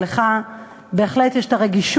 אבל לך בהחלט יש רגישות,